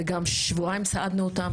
וגם סעדנו אותם במשך שבועיים.